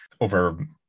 over